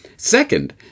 Second